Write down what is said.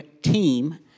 team